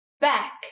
back